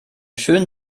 schön